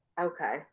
Okay